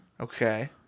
Okay